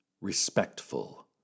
Respectful